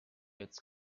its